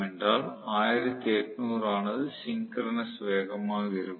என்றால் 1800 ஆனது சிங்கரனஸ் வேகமாக இருக்கும்